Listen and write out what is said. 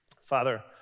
Father